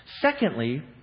Secondly